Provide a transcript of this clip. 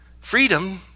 Freedom